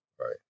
right